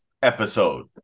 Episode